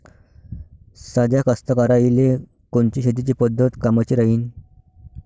साध्या कास्तकाराइले कोनची शेतीची पद्धत कामाची राहीन?